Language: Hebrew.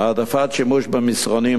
העדפת שימוש במסרונים,